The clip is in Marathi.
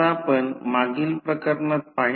तर म्हणूनच ते येत आहे 3160 वॅट